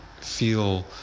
feel